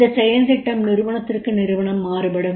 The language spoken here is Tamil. இந்தச் செயல் திட்டம் நிறுவனத்திற்கு நிறுவனம் மாறுபடும்